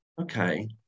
okay